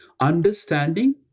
understanding